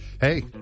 hey